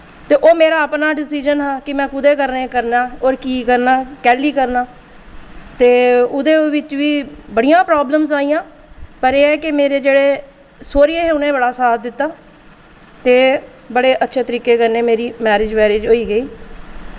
ते ओह् मेरा अपना डिसिजन हा कि में कोह्दे कन्नै करना और कीह् करना कैह्ली करना ते ओह्दे बिच बी बड़ियां प्रोब्लम्स आई आं पर एह् ऐ कि मेरे जेह्ड़े सौह्रिये हे उनें बड़ा साथ दित्ता ते बड़े अच्छे तरीके कन्नै मेरी मैरिज वैरिज होई गेई